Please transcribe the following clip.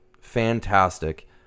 fantastic